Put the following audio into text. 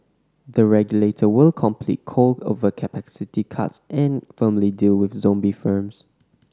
the regulator will complete coal overcapacity cuts and firmly deal with zombie firms